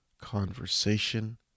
conversation